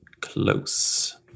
close